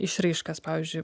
išraiškas pavyzdžiui